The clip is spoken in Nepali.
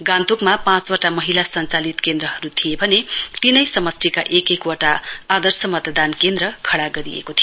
गान्तोकमा पाँचवटा महिला सञ्चालित केन्द्रहरू थिए भए तीनै समष्टिमा एक एकवटा आदर्श मतदान केन्द्र खडा गरिएको थियो